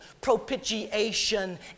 propitiation